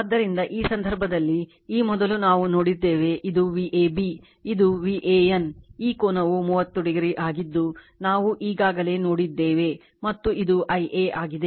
ಆದ್ದರಿಂದ ಈ ಸಂದರ್ಭದಲ್ಲಿ ಈ ಮೊದಲು ನಾವು ನೋಡಿದ್ದೇವೆ ಇದು Vab ಇದು VAN ಈ ಕೋನವು 30o ಆಗಿದ್ದು ನಾವು ಈಗಾಗಲೇ ನೋಡಿದ್ದೇವೆ ಮತ್ತು ಇದು Ia ಆಗಿದೆ